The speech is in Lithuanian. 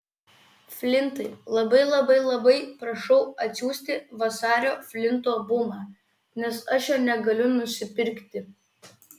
flintai labai labai labai prašau atsiųsti vasario flinto bumą nes aš jo negaliu nusipirkti